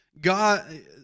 God